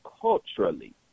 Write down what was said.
culturally